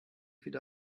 wieder